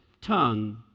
tongue